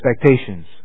expectations